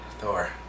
Thor